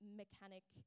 mechanic